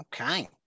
Okay